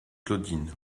claudine